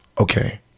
Okay